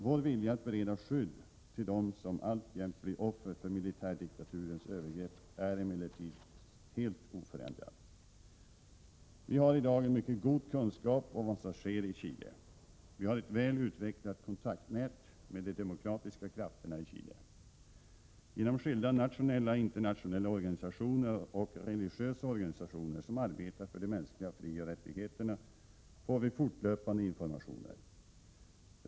Vår vilja att bereda skydd till dem som alltjämt blir offer för militärdiktaturens övergrepp är emellertid helt oförändrad. Vi har i dag en mycket god kunskap om vad som sker i Chile. Vi har ett väl utvecklat kontaktnät med de demokratiska krafterna i Chile. Genom skilda nationella, internationella organisationer och religiösa organisationer som arbetar för de mänskliga frioch rättigheterna får vi fortlöpande informationer.